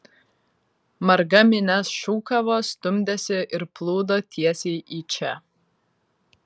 marga minia šūkavo stumdėsi ir plūdo tiesiai į čia